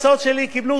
כשהיית באולם,